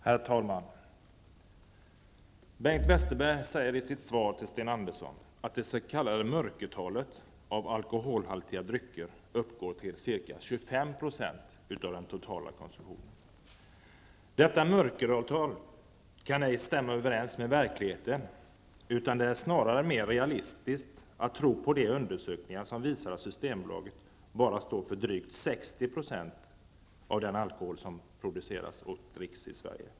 Herr talman! Bengt Westerberg säger i sitt svar till Sten Andersson i Malmö att det s.k. mörkertalet i fråga om konsumtionen av alkoholhaltiga drycker uppgår till ca 25 % av den totala konsumtionen. Detta mörkertal kan ej stämma överens med verkligheten, utan det är snarare mer realistiskt att tro på de undersökningar som visar att Systembolaget bara står för drygt 60 % av den alkohol som produceras och dricks i Sverige.